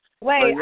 Wait